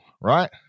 right